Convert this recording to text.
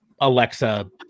Alexa